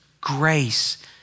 grace